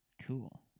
Cool